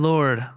Lord